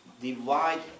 divide